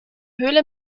höhle